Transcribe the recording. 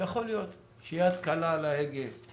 יכול להיות שהיד קלה על ההדק